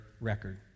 record